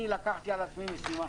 אני לקחתי על עצמי משימה.